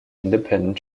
independent